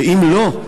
ואם לא,